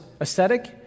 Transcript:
aesthetic